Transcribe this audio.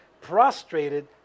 prostrated